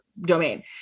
domain